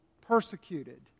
persecuted